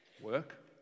Work